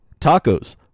tacos